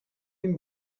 این